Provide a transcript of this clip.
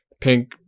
Pink